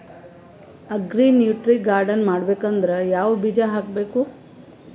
Agri nutri garden ಮಾಡಬೇಕಂದ್ರ ಯಾವ ಬೀಜ ಹಾಕಬೇಕು?